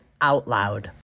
OUTLOUD